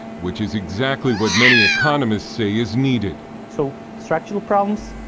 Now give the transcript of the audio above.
which is exactly what many economists say is needed. so structural problems,